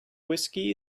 whiskey